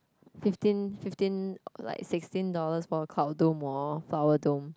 fifteen fifteen like sixteen dollars for a cloud dome hor for a flower dome